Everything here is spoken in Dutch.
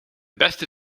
beste